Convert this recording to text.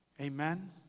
Amen